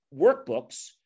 workbooks